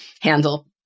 handle